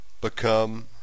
become